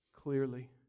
clearly